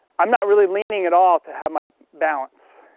i'm not really leaning at all to have my balance.